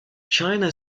china